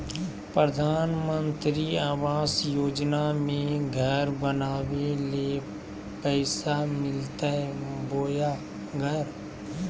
प्रधानमंत्री आवास योजना में घर बनावे ले पैसा मिलते बोया घर?